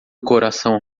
coração